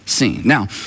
Now